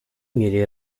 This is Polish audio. mieli